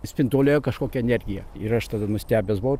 spinduliuoja kažkokia energija ir aš tada nustebęs buvau